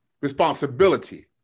responsibility